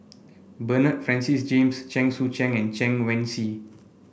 Bernard Francis James Chen Sucheng and Chen Wen Hsi